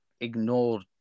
ignored